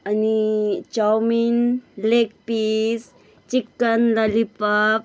अनि chow mein leg piece chicken lollipop